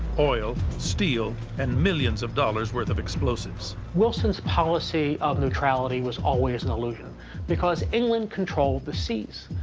oil, steel, and millions of dollars worth of explosives. wilson's policy of neutrality was always an illusion because england controlled the seas,